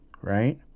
right